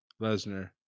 lesnar